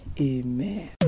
Amen